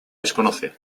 desconoce